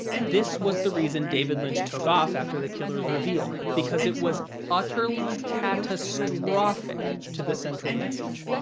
this was the reason david lynch took off after the killer's reveal, because it was utterly catastrophic to the central message.